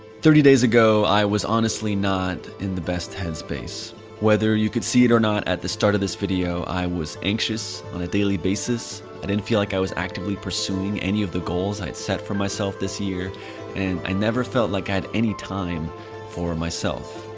thirty days ago. i was honestly not in the best headspace whether you could see it or at the start of this video i was anxious on a daily basis i didn't feel like i was actively pursuing any of the goals i had set for myself this year and i never felt like i had any time for myself,